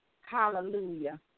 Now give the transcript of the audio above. Hallelujah